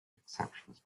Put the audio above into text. exceptions